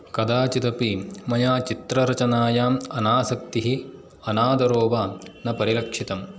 कदाचिदपि मया चित्ररचनायाम् अनासक्तिः अनादरो वा न परिरक्षितम्